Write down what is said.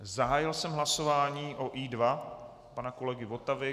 Zahájil jsem hlasování o I2 pana kolegy Votavy.